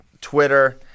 Twitter